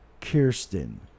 Kirsten